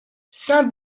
saint